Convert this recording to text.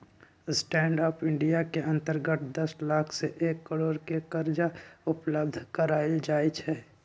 stand up India के अंतर्गत दस लाख से एक करोड़ के करजा उपलब्ध करायल जाइ छइ